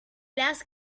las